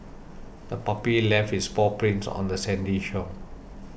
the puppy left its paw prints on the sandy shore